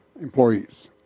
employees